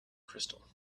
crystal